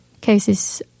cases